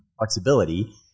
flexibility